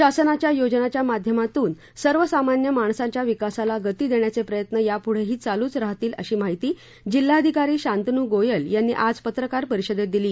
शासनाच्या योजनांच्या माध्यमातून सर्व सामान्य माणसाच्या विकासाला गती देण्याचे प्रयत्न या पुढेही चालूच राहतील अशी माहिती जिल्हाधिकारी शांतनू गोयल यांनी आज पत्रकार परिषदेत दिली